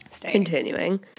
continuing